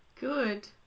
Good